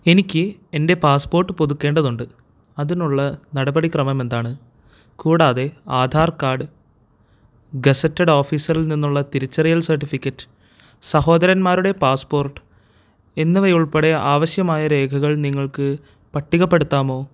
എനിക്ക് എൻ്റെ പാസ്പോർട്ട് പുതുക്കേണ്ടതുണ്ട് അതിനുള്ള നടപടിക്രമം എന്താണ് കൂടാതെ ആധാർ കാർഡ് ഗസറ്റഡ് ഓഫീസറിൽ നിന്നുള്ള തിരിച്ചറിയൽ സർട്ടിഫിക്കറ്റ് സഹോദരന്മാരുടെ പാസ്പോർട്ട് എന്നിവയുൾപ്പെടെ ആവശ്യമായ രേഖകൾ നിങ്ങൾക്ക് പട്ടികപ്പെടുത്താമോ